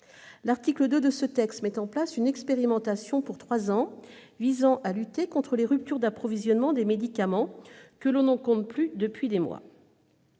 L'article 2 de ce texte met en place une expérimentation, pour trois ans, visant à lutter contre les ruptures d'approvisionnement de médicaments, que l'on ne compte plus depuis des mois.